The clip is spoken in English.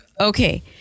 okay